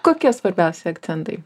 kokie svarbiausi akcentai